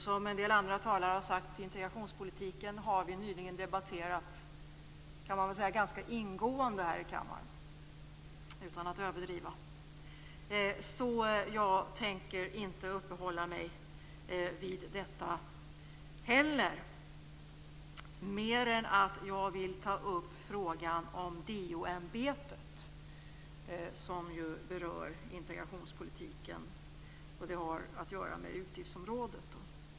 Som en del andra talare har sagt har vi nyligen debatterat integrationspolitiken ganska ingående här i kammaren. Det kan man nog säga utan att överdriva. Så jag tänker inte uppehålla mig vid detta heller. Men jag vill ändå ta upp frågan om DO-ämbetet, som ju berör integrationspolitiken. Det har också att göra med utgiftsområdet.